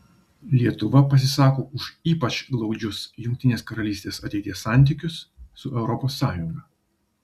lietuva pasisako už ypač glaudžius jungtinės karalystės ateities santykius su europos sąjunga